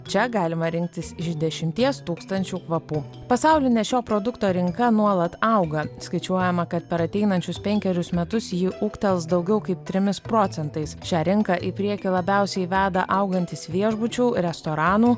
čia galima rinktis iš dešimties tūkstančių kvapų pasaulinė šio produkto rinka nuolat auga skaičiuojama kad per ateinančius penkerius metus ji ūgtels daugiau kaip trimis procentais šią rinką į priekį labiausiai veda augantys viešbučių restoranų